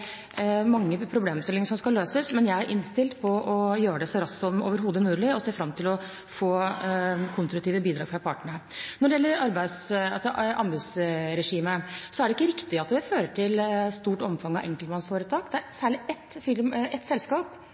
mange problemstillinger som skal løses. Jeg er innstilt på å gjøre det så raskt som overhodet mulig og ser fram til å få konstruktive bidrag fra partene her. Når det gjelder anbudsregimet, er det ikke riktig at det fører til et stort omfang av enkeltmannsforetak. Det er særlig ett